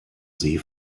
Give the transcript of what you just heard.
see